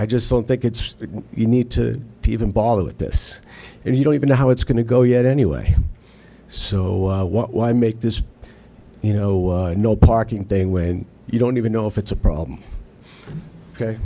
i just don't think it's you need to even bother with this and you don't even know how it's going to go yet anyway so why make this you know no parking thing when you don't even know if it's a problem ok